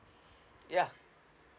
ya